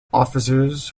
officers